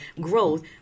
growth